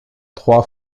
trois